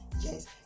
Yes